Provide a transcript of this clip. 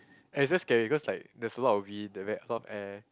eh just scary cause like there's a lot of wind there ve~ a lot of air